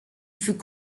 fut